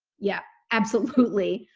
yeah, absolutely.